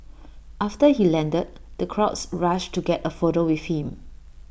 after he landed the crowds rushed to get A photo with him